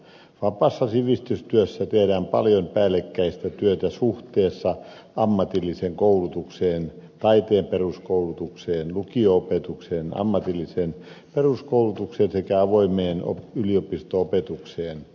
vapaassa sivistystyössä tehdään paljon päällekkäistä työtä suhteessa ammatilliseen koulutukseen taiteen peruskoulutukseen lukio opetukseen ammatilliseen peruskoulutukseen sekä avoimeen yliopisto opetukseen